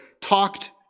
talked